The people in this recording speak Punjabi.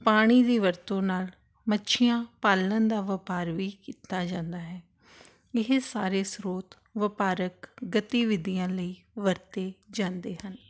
ਪਾਣੀ ਦੀ ਵਰਤੋਂ ਨਾਲ ਮੱਛੀਆਂ ਪਾਲਣ ਦਾ ਵਪਾਰ ਵੀ ਕੀਤਾ ਜਾਂਦਾ ਹੈ ਇਹ ਸਾਰੇ ਸਰੋਤ ਵਪਾਰਕ ਗਤੀਵਿਧੀਆਂ ਲਈ ਵਰਤੇ ਜਾਂਦੇ ਹਨ